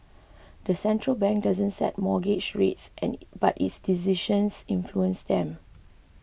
the central bank doesn't set mortgage rates and but its decisions influence them